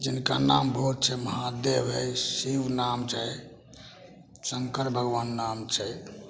जिनका नाम बहुत छै महादेब है शिव नाम छै शंकर भगबान नाम छै